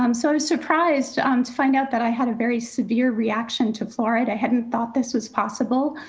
um sort of surprised um to find out that i had a very severe reaction to fluoride. i hadn't thought this was possible.